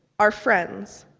our friends,